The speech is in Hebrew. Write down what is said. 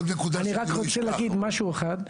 אני רק רוצה להגיד משהו אחר.